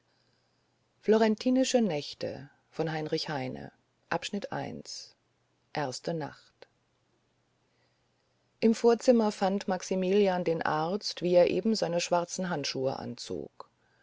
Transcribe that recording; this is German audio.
florentinische nächte erste nacht im vorzimmer fand maximilian den arzt wie er eben seine schwarzen handschuhe anzog